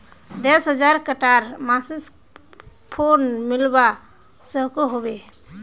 दस हजार टकार मासिक लोन मिलवा सकोहो होबे?